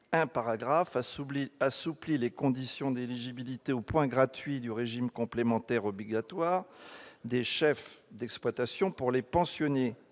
à lui, vise à assouplir les conditions d'éligibilité aux points gratuits du régime complémentaire obligatoire des chefs d'exploitation pour les pensionnés